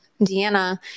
Deanna